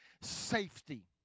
safety